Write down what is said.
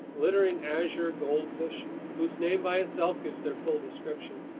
glittering azure goldfish whose name by itself gives their full description,